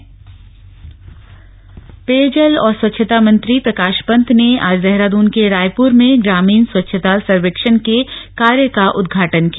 slug स्वच्छता mission पेयजल और स्वच्छता मंत्री प्रकाश पंत ने आज देहरादून के रायपुर में ग्रामीण स्वच्छता सर्वेक्षण के कार्य का उदघाटन किया